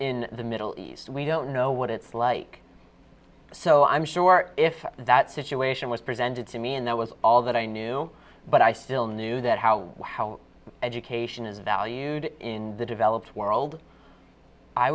in the middle east we don't know what it's like so i'm sure if that situation was presented to me and that was all that i knew but i still knew that how how education is valued in the developed world i